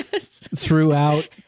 throughout